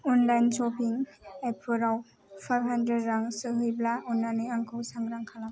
online shopping एपफोराव five hundred रां सौहैब्ला अननानै आंखौ सांग्रां खालाम